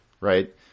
right